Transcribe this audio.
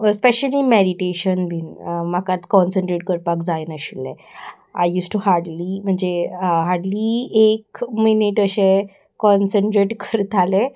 specially meditation बीन म्हाका concentrate करपाक जायनाशिल्लें आय युज्ड टू हार्डली म्हणजे हार्डली एक मिनीट अशें कॉन्सन्ट्रेट करतालें